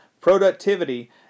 productivity